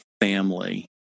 family